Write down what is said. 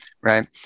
right